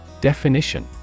Definition